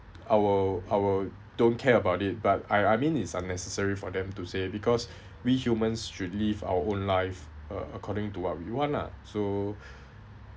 I will I will don't care about it but I I mean is unnecessary for them to say because we humans should leave our own life uh according to what we want ah so